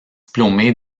diplômé